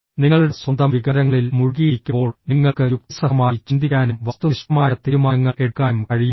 നിങ്ങളുടെ സ്വന്തം വികാരങ്ങളിൽ മുഴുകിയിരിക്കുമ്പോൾ നിങ്ങൾക്ക് യുക്തിസഹമായി ചിന്തിക്കാനും വസ്തുനിഷ്ഠമായ തീരുമാനങ്ങൾ എടുക്കാനും കഴിയുമോ